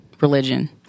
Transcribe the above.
religion